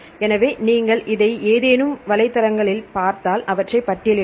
எனவே நீங்கள் இதை ஏதேனும் வலைத்தளங்களைப் பார்த்தால் அவற்றை பட்டியலிடுக